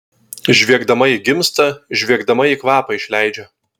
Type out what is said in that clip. žviegdama ji gimsta žviegdama ji kvapą išleidžia